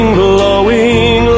blowing